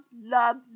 love